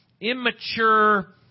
immature